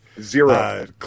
Zero